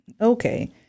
Okay